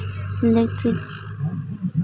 ᱞᱮᱠᱯᱷᱤᱴ